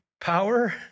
power